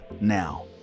now